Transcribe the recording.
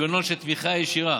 יותר קל לך לעזור להם בתמיכה ישירה.